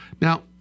Now